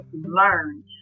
learn